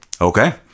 Okay